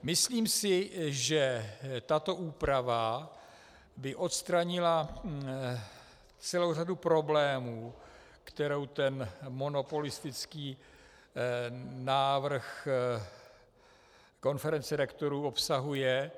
Myslím si, že tato úprava by odstranila celou řadu problémů, kterou monopolistický návrh konference rektorů obsahuje.